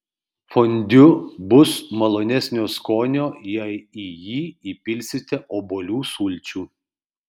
fondiu bus malonesnio skonio jei į jį įpilsite obuolių sulčių